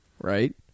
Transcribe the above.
right